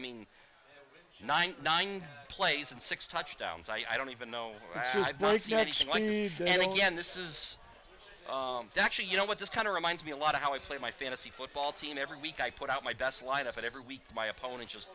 mean ninety nine plays and six touchdowns i don't even know and again this is actually you know what this kind of reminds me a lot of how i play my fantasy football team every week i put out my best line up every week my opponent just